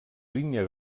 línia